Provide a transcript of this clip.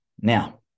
Now